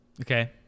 Okay